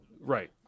Right